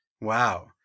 Wow